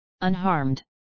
unharmed